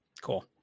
cool